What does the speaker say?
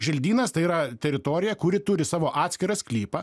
želdynas tai yra teritorija kuri turi savo atskirą sklypą